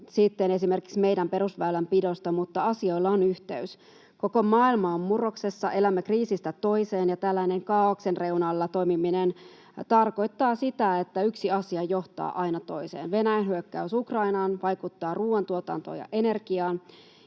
sitten esimerkiksi meidän perusväylänpidosta, mutta asioilla on yhteys. Koko maailma on murroksessa, elämme kriisistä toiseen, ja tällainen kaaoksen reunalla toimiminen tarkoittaa sitä, että yksi asia johtaa aina toiseen. Venäjän hyökkäys Ukrainaan vaikuttaa ruoantuotantoon ja energiaan,